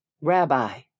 Rabbi